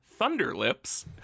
Thunderlips